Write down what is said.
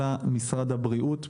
אלא משרד הבריאות,